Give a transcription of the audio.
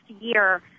year